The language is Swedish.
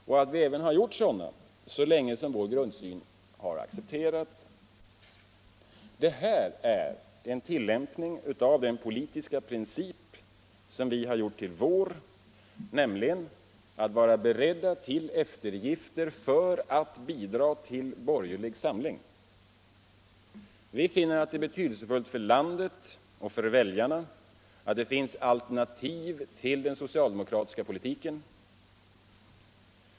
Vi har också gjort sådana så länge som vår grundsyn har accepterats. Detta är en tillämpning av den politiska princip som vi har gjort till vår, nämligen att vara beredda till eftergifter för att bidra till borgerlig samling. Vi anser att det är betydelsefullt för landet och för väljarna att det finns alternativ till den socialdemokratiska politiken.